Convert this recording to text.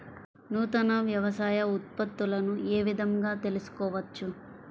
నూతన వ్యవసాయ ఉత్పత్తులను ఏ విధంగా తెలుసుకోవచ్చు?